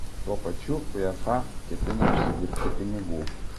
tuo pačiu uefa ketina užsidirbti pinigų